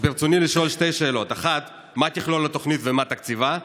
אז ברצוני לשאול שתי שאלות: 1. מה תכלול התוכנית ומה תקציבה?